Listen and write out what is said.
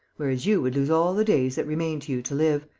whereas you would lose all the days that remain to you to live.